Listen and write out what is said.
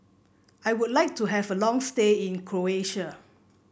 I would like to have a long stay in Croatia